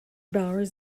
bowers